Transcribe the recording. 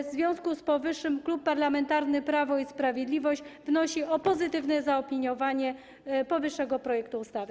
W związku z powyższym Klub Parlamentarny Prawo i Sprawiedliwość wnosi o pozytywne zaopiniowanie powyższego projektu ustawy.